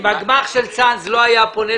הם אומרים שהדרך הראשית שלהם משטר חוב.